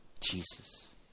Jesus